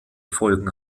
folgen